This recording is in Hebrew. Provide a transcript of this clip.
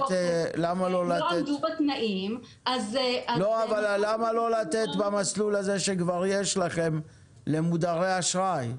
עמדו בתנאים --- אבל למה לא לתת במסלול הזה שכבר יש לכם למודרי אשראי?